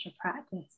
practice